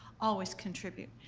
always contribute.